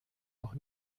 noch